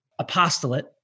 apostolate